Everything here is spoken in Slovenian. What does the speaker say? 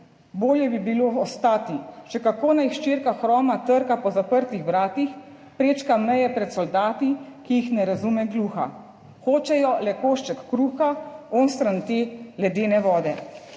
Bolje bi bilo ostati še kako naj hčerka hroma trka po zaprtih vratih, prečka meje pred soldati, ki jih ne razume, gluha hočejo le košček kruha onstran te ledene vode«.